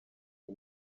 iyi